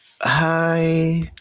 hi